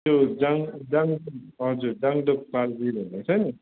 त्यो जाङ जाङ हजुर जाङ धोक पालरी भन्ने छ नि